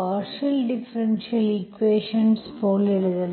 partial differential equations போல எழுதலாம்